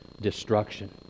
destruction